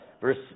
verse